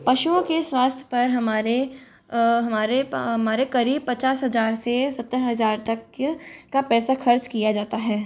पशुओं के स्वास्थय पर हमारे हमारे हमारे करीब पचास हज़ार से सत्तर हज़ार तक का पैसा खर्च किया जाता है